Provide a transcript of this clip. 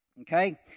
Okay